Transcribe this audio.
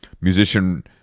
musician